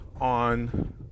on